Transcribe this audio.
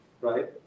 right